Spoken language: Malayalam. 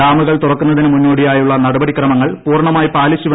ഡാമുകൾ തുറക്കുന്നതിന് മുന്നോടിയായുള്ള നടപടിക്രമങ്ങൾ പൂർണമായി പാലിച്ചു